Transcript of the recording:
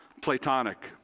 platonic